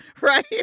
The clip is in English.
right